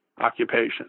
occupation